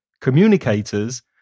communicators